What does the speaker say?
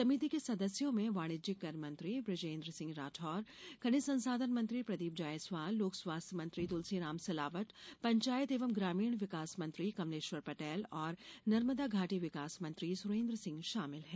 समिति के सदस्यों में वाणिज्यिक कर मंत्री बुजेन्द्र सिंह राठौर खनिज संसाधन मंत्री प्रदीप जायसवाल लोक स्वास्थ्य मंत्री तुलसीराम सिलावट पंचायत एवं ग्रामीण विकास मंत्री कमलेश्वर पटेल और नर्मदा घाटी विकास मंत्री सुरेन्द्र सिंह शामिल हैं